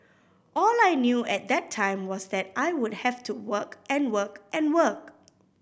all I knew at that time was that I would have to work and work and work